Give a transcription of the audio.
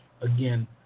Again